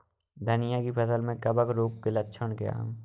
धनिया की फसल में कवक रोग के लक्षण क्या है?